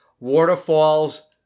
waterfalls